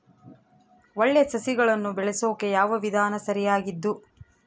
ಒಳ್ಳೆ ಸಸಿಗಳನ್ನು ಬೆಳೆಸೊಕೆ ಯಾವ ವಿಧಾನ ಸರಿಯಾಗಿದ್ದು?